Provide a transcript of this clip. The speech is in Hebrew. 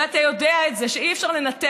אתה יודע שאי-אפשר לנתק,